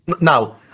Now